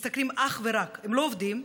הם לא עובדים,